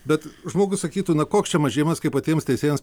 bet žmogus sakytų na koks čia mažėjimas kai patiems teisėjams